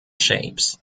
shapes